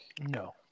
No